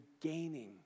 gaining